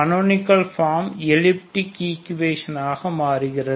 canonical form elliptic equation ஆக மாறுகிறது